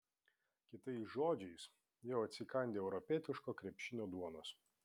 kitais žodžiais jau atsikandę europietiško krepšinio duonos